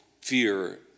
fear